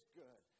good